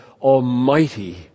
almighty